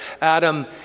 Adam